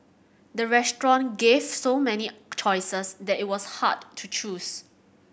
the restaurant gave so many choices that it was hard to choose